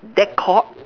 that caught